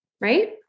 right